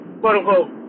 quote-unquote